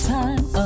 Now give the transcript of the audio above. time